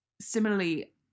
similarly